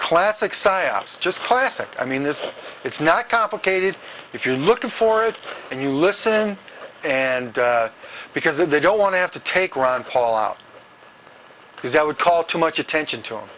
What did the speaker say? classic psyops just classic i mean this it's not complicated if you're looking for it and you listen and because they don't want to have to take ron paul out because that would call too much attention to him